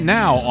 now